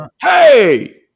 Hey